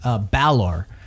Balor